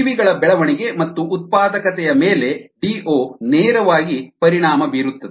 ಜೀವಿಗಳ ಬೆಳವಣಿಗೆ ಮತ್ತು ಉತ್ಪಾದಕತೆಯ ಮೇಲೆ ಡಿಒ ನೇರವಾಗಿ ಪರಿಣಾಮ ಬೀರುತ್ತದೆ